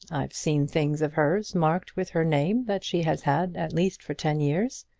i've seen things of hers marked with her name that she has had at least for ten years.